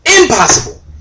Impossible